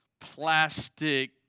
plastic